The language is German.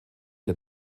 der